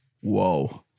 whoa